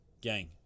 Gang